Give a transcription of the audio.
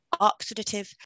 oxidative